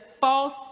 false